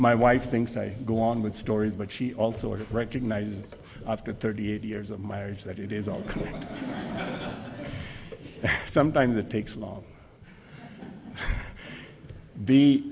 my wife thinks i go on with stories but she also recognizes after thirty eight years of marriage that it is ok and sometimes it takes longer